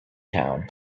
town